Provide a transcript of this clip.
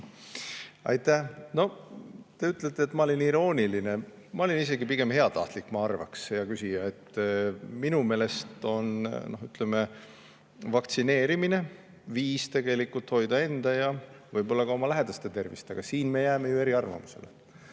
Aitäh! Te ütlesite, et ma olin irooniline. Ma olin isegi pigem heatahtlik, ma arvan, hea küsija. Minu meelest on vaktsineerimine viis hoida enda ja võib-olla ka oma lähedaste tervist, aga siin me jääme eriarvamusele.